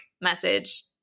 message